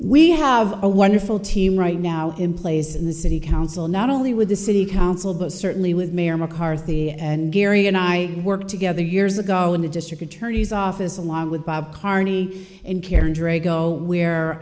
we have a wonderful team right now in place in the city council not only with the city council but certainly with mayor mccarthy and gary and i work together years ago in the district attorney's office along with bob carney and karen dre go where